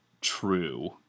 true